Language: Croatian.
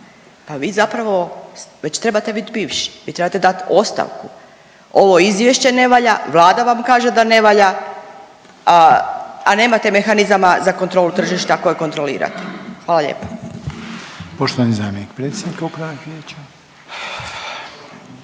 Pa vi zapravo već trebate bit viši, vi trebate dati ostavku. Ovo izvješće ne valja, vlada vam kaže da ne valja, a nemate mehanizama za kontrolu tržišta koje kontrolirate. Hvala lijepa.